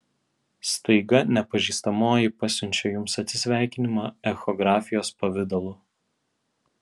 staiga nepažįstamoji pasiunčia jums atsisveikinimą echografijos pavidalu